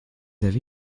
avez